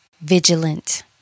vigilant